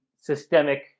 systemic